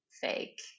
fake